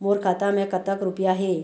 मोर खाता मैं कतक रुपया हे?